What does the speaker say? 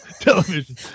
television